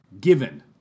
given